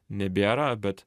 nebėra bet